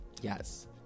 Yes